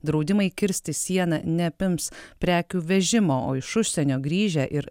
draudimai kirsti sieną neapims prekių vežimo o iš užsienio grįžę ir